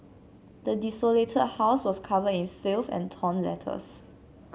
the desolated house was covered in filth and torn letters